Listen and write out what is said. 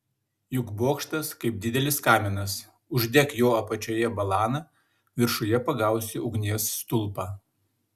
juk bokštas kaip didelis kaminas uždek jo apačioje balaną viršuje pagausi ugnies stulpą